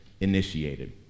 initiated